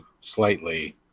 slightly